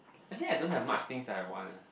actually I don't have much things that I want eh